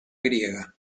griega